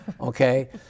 okay